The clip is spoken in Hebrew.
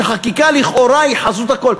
שחקיקה לכאורה היא חזות הכול.